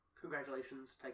Congratulations